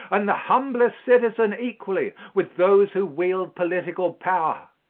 and the humblest citizen equally with those who wield political power.